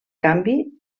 canvi